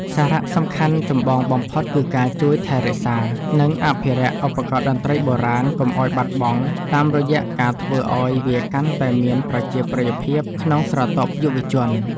សារៈសំខាន់ចម្បងបំផុតគឺការជួយថែរក្សា និងអភិរក្សឧបករណ៍តន្ត្រីបុរាណកុំឱ្យបាត់បង់ តាមរយៈការធ្វើឱ្យវាកាន់តែមានប្រជាប្រិយភាពក្នុងស្រទាប់យុវជន។